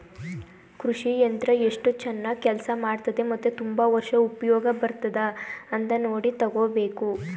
ಕೃಷಿ ಯಂತ್ರ ಎಸ್ಟು ಚನಾಗ್ ಕೆಲ್ಸ ಮಾಡ್ತದೆ ಮತ್ತೆ ತುಂಬಾ ವರ್ಷ ಉಪ್ಯೋಗ ಬರ್ತದ ಅಂತ ನೋಡಿ ತಗೋಬೇಕು